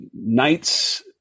night's